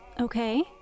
Okay